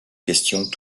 questions